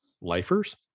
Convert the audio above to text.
Lifers